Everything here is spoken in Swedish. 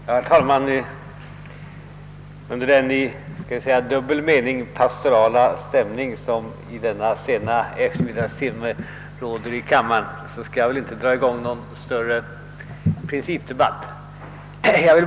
Herr talman! Under den i dubbel mening pastorala stämning, som i denna sena eftermiddagstimme råder i kammaren, skall jag inte dra i gång någon större principdebatt.